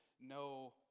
no